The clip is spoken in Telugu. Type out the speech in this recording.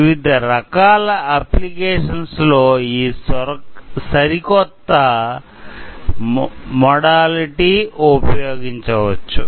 వివిధ రకాల అప్లికేషన్స్ లో ఈ సరికొత్త మొడలిటీ ఉపయోగించవచ్చు